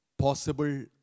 possible